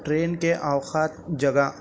train کے اوقات جگہ